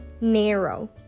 Narrow